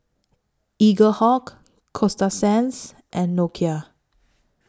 Eaglehawk Coasta Sands and Nokia